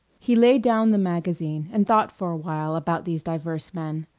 he laid down the magazine and thought for a while about these diverse men.